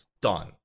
Done